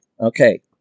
Okay